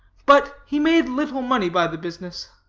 but he made little money by the business.